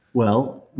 well,